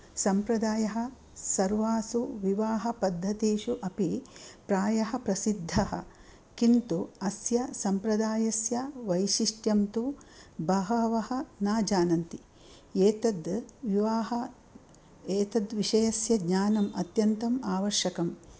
सम्प्रदायः सर्वासु विवाहपद्धतीसु अपि प्रायः प्रसिद्धः किन्तु अस्य सम्प्रदायस्य वैशिष्ट्यं तु बहवः न जानन्ति एतद् विवाह एतद्विषस्य ज्ञानम् अत्यन्तम् आवश्यकम्